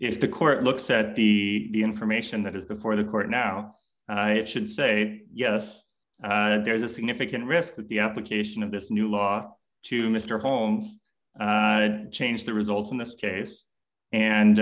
if the court looks at the information that is before the court now it should say yes there's a significant risk that the application of this new law to mr holmes had changed the result in this case and